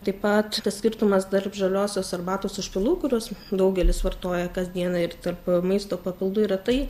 taip pat yra skirtumas tarp žaliosios arbatos užpilų kuriuos daugelis vartoja kasdieną ir tarp maisto papildų yra tai